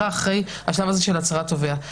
ואסור לי לעשות פעולות חקירה אחרי השלב של הצהרת תובע.